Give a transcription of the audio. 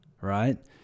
right